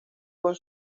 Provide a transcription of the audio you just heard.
con